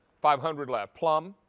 five hundred left. plum,